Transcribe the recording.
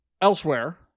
Elsewhere